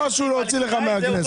עוד משהו להוציא לך מהכנסת.